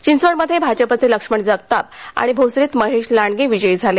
चिंचवडमध्ये भाजपाचे लक्ष्मण जगताप आणि भोसरीत महेश लांडगे विजयी झाले